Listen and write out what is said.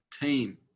team